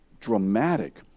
dramatic